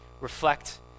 Reflect